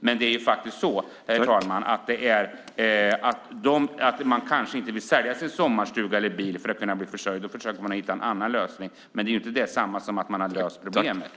Men man kanske inte vill sälja sin sommarstuga eller bil för att kunna bli försörjd, och därför försöker man hitta en annan lösning. Det är inte detsamma som att man har löst problemet.